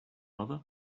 mother